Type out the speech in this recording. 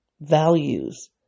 values